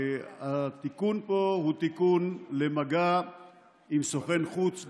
התיקון פה הוא תיקון לגבי מגע עם סוכן חוץ,